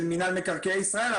של מינהל מקרקעי ישראל.